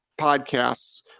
podcasts